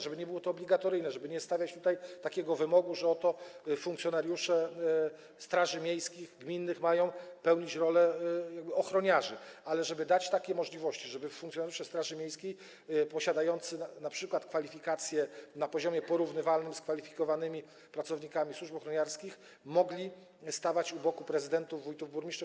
żeby nie było to obligatoryjne, żeby nie stawiać tutaj takiego wymogu, że oto funkcjonariusze straży miejskich, gminnych mają pełnić rolę ochroniarzy, ale żeby dać takie możliwości, żeby funkcjonariusze straży miejskiej posiadający np. kwalifikacje na poziomie porównywalnym z poziomem kwalifikowanych pracowników służb ochroniarskich mogli stawać u boku prezydentów, wójtów, burmistrzów.